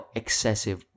excessive